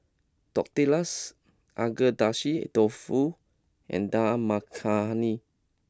Tortillas Agedashi Dofu and Dal Makhani